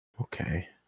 Okay